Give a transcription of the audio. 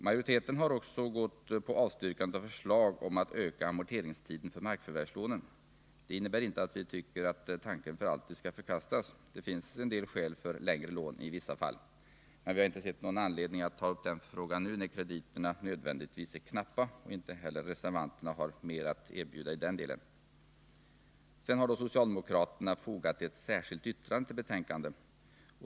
Majoriteten har också avstyrkt förslag om att öka amorteringstiden för markförvärvslån. Det innebär inte att vi tycker att tanken för alltid skall förkastas — det finns en del skäl för längre löpande lån i vissa fall. Men vi har inte sett någon anledning att ta upp den frågan nu när krediterna med nödvändighet är knappa och eftersom inte heller reservanterna har mer att erbjuda i den delen. Socialdemokraterna har vidare fogat ett särskilt yttrande vid betänkandet.